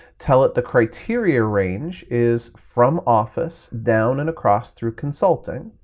tell it the criteria range is from office, down and across through consulting,